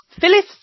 Phyllis